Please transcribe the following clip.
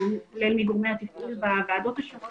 כולל מגורמי התפעול בוועדות השונות